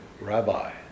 Rabbi